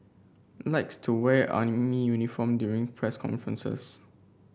likes to wear army uniform during press conferences